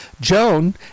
Joan